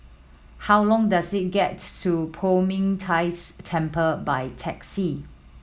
how long does it get to Poh Ming Tse Temple by taxi